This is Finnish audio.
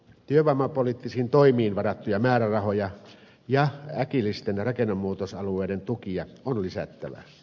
työvoimapoliittisiin toimiin varattuja määrärahoja ja äkillisten rakennemuutosalueiden tukia on lisättävä